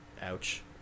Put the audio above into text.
ouch